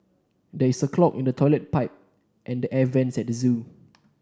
there is a clog in the toilet pipe and the air vents at the zoo